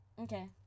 Okay